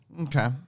Okay